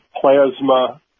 plasma